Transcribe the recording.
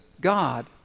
God